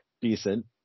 decent